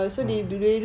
uh